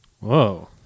Whoa